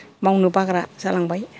मावनो बाग्रा जालांबाय